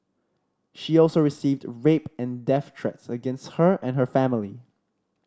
she also received rape and death threats against her and her family